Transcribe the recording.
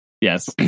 yes